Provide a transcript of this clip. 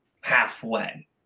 halfway